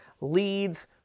leads